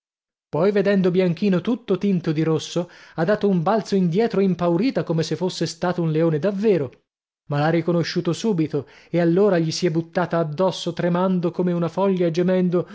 poi vedendo bianchino tutto tinto di rosso ha dato un balzo indietro impaurita come se fosse stato un leone davvero ma l'ha riconosciuto subito e allora gli si è buttata addosso tremando come una foglia